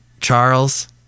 Charles